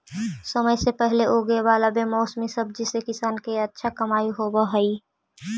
समय से पहले उगे वाला बेमौसमी सब्जि से किसान के अच्छा कमाई होवऽ हइ